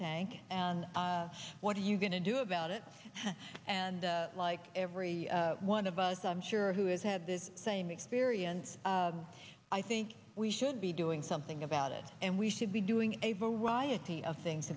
tank and what are you going to do about it and like every one of us i'm sure who has had this same experience i think we should be doing something about it and we should be doing a variety of things